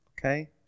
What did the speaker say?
Okay